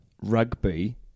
Rugby